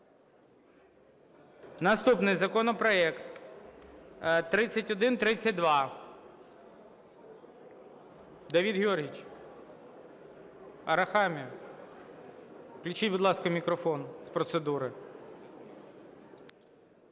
Наступний законопроект - 3132. Давид Георгійович! Арахамія! Включіть, будь ласка, мікрофон. З процедури.